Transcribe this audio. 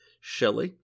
Shelley